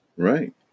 Right